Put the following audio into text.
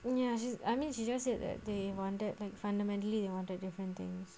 and ya she's I mean she just said that they wanted like fundamentally they wanted different things